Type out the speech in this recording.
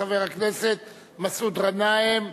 חבר הכנסת מסעוד גנאים,